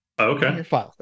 Okay